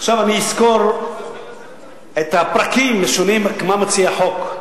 עכשיו אני אסקור את הפרקים השונים, מה מציע החוק.